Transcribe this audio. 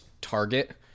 target